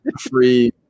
free